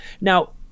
Now